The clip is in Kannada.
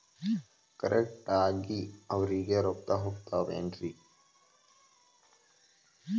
ಕರೆಕ್ಟ್ ಆಗಿ ಅವರಿಗೆ ರೊಕ್ಕ ಹೋಗ್ತಾವೇನ್ರಿ?